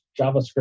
JavaScript